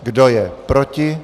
Kdo je proti?